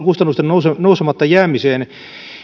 kustannusten nousematta jäämiseen